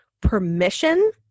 permission